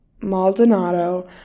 Maldonado